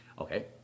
Okay